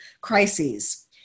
crises